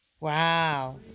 Wow